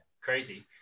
crazy